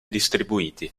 distribuiti